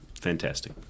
Fantastic